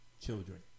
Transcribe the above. children